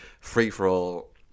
free-for-all